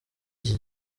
iki